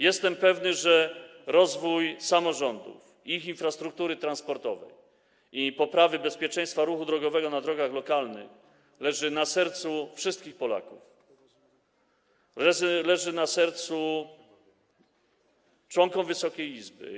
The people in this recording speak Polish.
Jestem pewny, że rozwój samorządów, rozwój ich infrastruktury transportowej i poprawa bezpieczeństwa ruchu drogowego na drogach lokalnych leży na sercu wszystkim Polakom, leży na sercu członkom Wysokiej Izby.